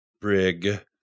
brig